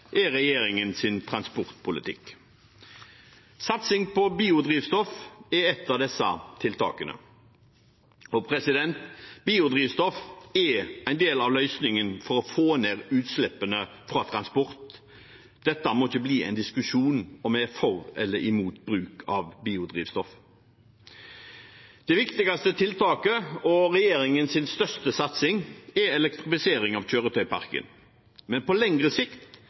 er regjeringens transportpolitikk. Satsing på biodrivstoff er et av disse tiltakene. Biodrivstoff er en del av løsningen for å få ned utslippene fra transport. Dette må ikke bli en diskusjon om vi er for eller imot bruk av biodrivstoff. Det viktigste tiltaket og regjeringens største satsing er elektrifisering av kjøretøyparken, men på lengre sikt